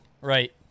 right